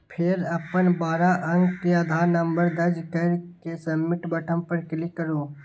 फेर अपन बारह अंक के आधार नंबर दर्ज कैर के सबमिट बटन पर क्लिक करू